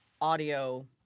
audio